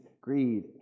greed